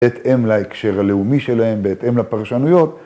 ‫בהתאם להקשר הלאומי שלהם, ‫בהתאם לפרשנויות.